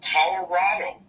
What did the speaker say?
Colorado